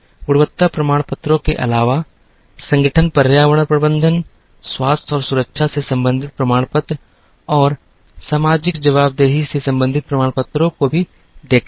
गुणवत्ता प्रमाणपत्रों के अलावा संगठन पर्यावरण प्रबंधन स्वास्थ्य और सुरक्षा से संबंधित प्रमाणपत्र और सामाजिक जवाबदेही से संबंधित प्रमाणपत्रों को भी देखते थे